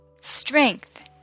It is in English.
STRENGTH